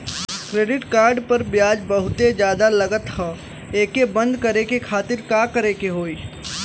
Credit card पर ब्याज बहुते ज्यादा लगत ह एके बंद करे खातिर का करे के होई?